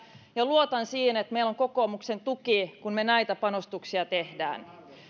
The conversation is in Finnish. ja luotan siihen että meillä on kokoomuksen tuki kun me näitä panostuksia teemme